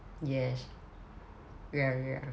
yes yeah yeah